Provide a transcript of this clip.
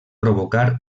provocar